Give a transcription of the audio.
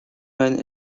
moon